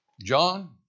John